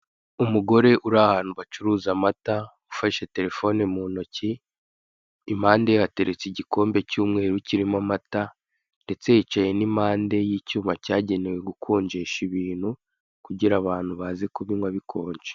Umugore uri ahantu bacuruza amata, impande ye hateretse igikombe cy'umweru kirimo amata, ndetse yicaye n'impande y'icyuma cyagenewe gukonjesha ibintu, kugira abantu baze kubinywa bikonje.